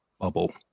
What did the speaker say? bubble